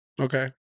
Okay